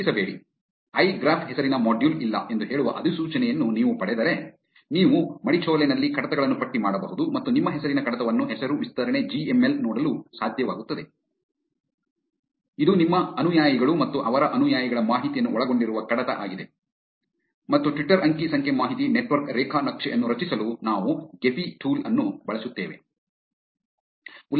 ಚಿಂತಿಸಬೇಡಿ i graph ಹೆಸರಿನ module ಇಲ್ಲ ಎಂದು ಹೇಳುವ ಅಧಿಸೂಚನೆಯನ್ನು ನೀವು ಪಡೆದರೆ ನೀವು ಮಡಿಚೋಲೆನಲ್ಲಿ ಕಡತಗಳನ್ನು ಪಟ್ಟಿ ಮಾಡಬಹುದು ಮತ್ತು ನಿಮ್ಮ ಹೆಸರಿನ ಕಡತವನ್ನು ಹೆಸರು ವಿಸ್ತರಣೆ ಜಿ ಎಂ ಎಲ್ ನೋಡಲು ಸಾಧ್ಯವಾಗುತ್ತದೆ ಇದು ನಿಮ್ಮ ಅನುಯಾಯಿಗಳು ಮತ್ತು ಅವರ ಅನುಯಾಯಿಗಳ ಮಾಹಿತಿಯನ್ನು ಒಳಗೊಂಡಿರುವ ಕಡತ ಆಗಿದೆ ಮತ್ತು ಟ್ವಿಟರ್ ಅಂಕಿ ಸಂಖ್ಯೆ ಮಾಹಿತಿ ನೆಟ್ವರ್ಕ್ ರೇಖಾ ನಕ್ಷೆ ಅನ್ನು ರಚಿಸಲು ನಾವು ಗೆಫಿ ಟೂಲ್ ಅನ್ನು ಬಳಸುತ್ತೇವೆ